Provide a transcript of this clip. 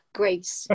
grace